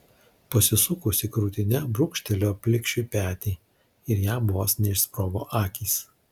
pasisukusi krūtine brūkštelėjo plikšiui petį ir jam vos neišsprogo akys